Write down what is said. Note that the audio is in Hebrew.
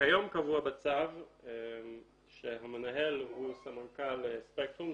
כיום קבוע בצו שהמנהל הוא סמנכ"ל ספקטרום.